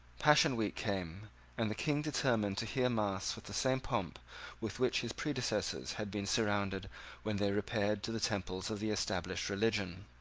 passion week came and the king determined to hear mass with the same pomp with which his predecessors had been surrounded when they repaired to the temples of the established religion.